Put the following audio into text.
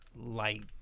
light